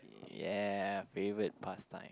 yeah favorite pastime